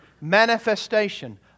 manifestation